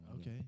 Okay